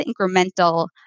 incremental